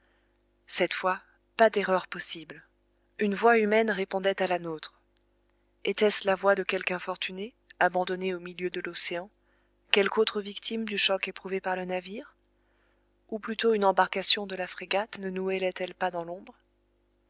cette fois pas d'erreur possible une voix humaine répondait à la nôtre était-ce la voix de quelque infortuné abandonné au milieu de l'océan quelque autre victime du choc éprouvé par le navire ou plutôt une embarcation de la frégate ne nous hélait elle pas dans l'ombre